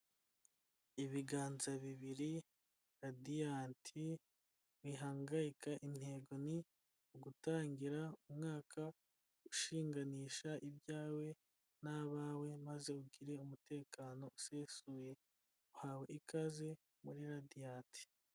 Ibiganza bibiri radiyanti wihangayika intego ni ugutangira umwaka ushinganisha ibyawe n'abawe, maze ugire umutekano usesuye uhawe ikaze muri radiyanti.